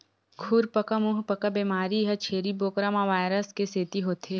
खुरपका मुंहपका बेमारी ह छेरी बोकरा म वायरस के सेती होथे